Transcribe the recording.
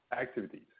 activities